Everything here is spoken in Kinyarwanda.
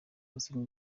basabye